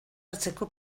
hartzeko